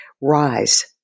rise